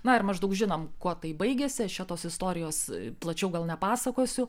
na ir maždaug žinom kuo tai baigiasi aš čia tos istorijos plačiau gal nepasakosiu